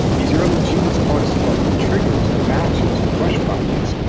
these early genes taught us about the triggers, the matches, the brush fires.